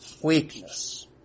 weakness